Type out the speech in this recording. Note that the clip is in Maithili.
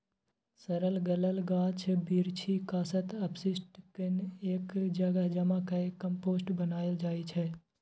सरल गलल गाछ बिरीछ, कासत, अपशिष्ट केँ एक जगह जमा कए कंपोस्ट बनाएल जाइ छै